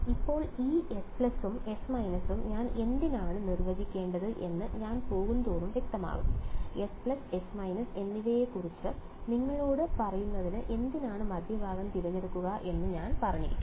ഇപ്പോൾ ഈ S ഉം S യും ഞാൻ എന്തിനാണ് നിർവചിക്കേണ്ടത് എന്ന് ഞാൻ പോകുന്തോറും വ്യക്തമാകും S S എന്നിവയെക്കുറിച്ച് നിങ്ങളോട് പറയുന്നതിന് എന്തിനാണ് മധ്യഭാഗം തിരഞ്ഞെടുക്കുക എന്ന് ഞാൻ പറഞ്ഞിരിക്കാം